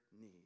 need